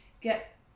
get